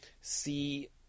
see